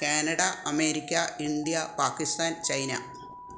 Canada America India Pakistan China